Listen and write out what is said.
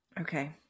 Okay